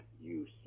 use